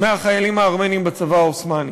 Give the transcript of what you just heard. מהחיילים הארמנים בצבא העות'מאני.